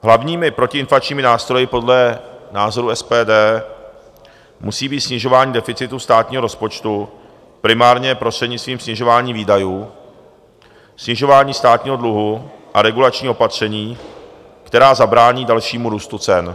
Hlavními protiinflačními nástroji podle názoru SPD musí být snižování deficitu státního rozpočtu primárně prostřednictvím snižování výdajů, snižování státního dluhu a regulační opatření, která zabrání dalšímu růstu cen.